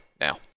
now